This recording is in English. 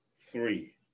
three